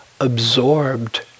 absorbed